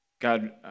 god